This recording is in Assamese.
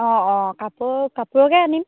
অঁ অঁ কাপোৰ কাপোৰকে আনিম